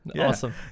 awesome